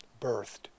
birthed